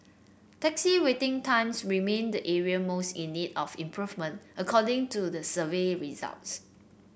taxi waiting times remained the area most in need of improvement according to the survey results